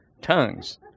Tongues